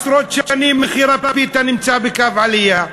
עשרות שנים מחיר הפיתה נמצא בקו עלייה.